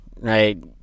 right